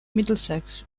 middlesex